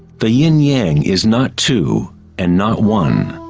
the yin yang is not two and not one.